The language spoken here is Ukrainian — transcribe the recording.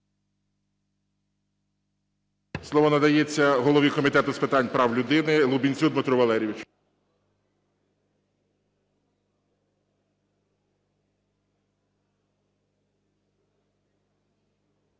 Слово надається голові Комітету з питань прав людини Лубінцю Дмитру Валерійовичу.